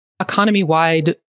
economy-wide